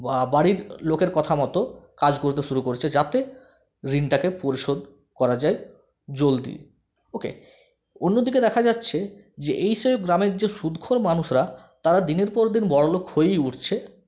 বাড়ির লোকের কথা মতো কাজ করতে শুরু করছে যাতে ঋণটাকে পরিশোধ করা যায় জলদি ওকে অন্যদিকে দেখা যাচ্ছে যে এইসব গ্রামের যে সুদখোর মানুষরা তারা দিনের পর দিন বড়লোক হয়েই উঠছে